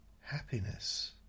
happiness